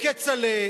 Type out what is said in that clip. כצל'ה,